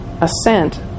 assent